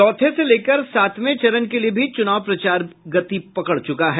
चौथे से लेकर सातवें चरण के लिए भी चुनाव प्रचार भी गति पकड़ चुका है